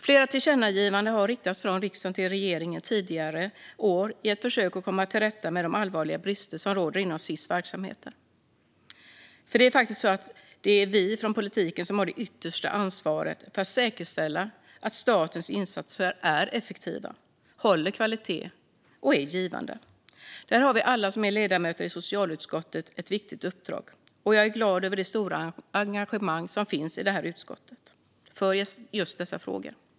Flera tillkännagivanden har riktats från riksdagen till regeringen tidigare år i ett försök att komma till rätta med de allvarliga brister som råder inom Sis verksamheter. Det är faktiskt vi från politiken som har det yttersta ansvaret för att säkerställa att statens insatser är effektiva, håller god kvalitet och är givande. Där har vi alla som är ledamöter i socialutskottet ett viktigt uppdrag. Jag är glad över det stora engagemang som finns i utskottet för just dessa frågor.